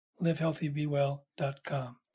livehealthybewell.com